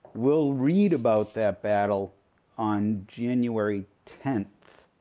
we'll read about that battle on january tenth.